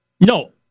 No